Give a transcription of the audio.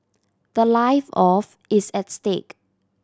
the life of is at stake